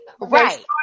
Right